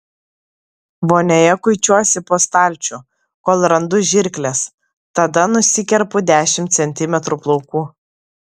vonioje kuičiuosi po stalčių kol randu žirkles tada nusikerpu dešimt centimetrų plaukų